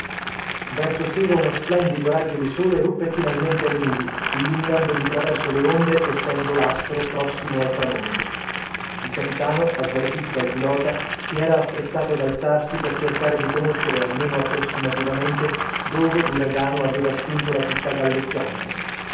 verso sera uno splendido raggio di sole ruppe finalmente le nubi illuminando di traverso le onde essendo l'astro prossimo al tramonto il capitano avvertito dal pilota si era affrettato ad alzarsi per cercare di conoscere almeno approssimativamente dove l'uragano aveva spinto la città galleggiante